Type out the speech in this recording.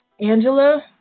Angela